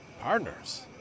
Partners